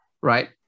right